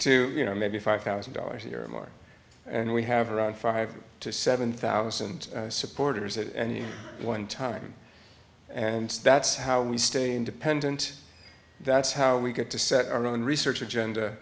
to you know maybe five thousand dollars a year or more and we have around five to seven thousand supporters at any one time and that's how we stay independent that's how we get to set our own research agend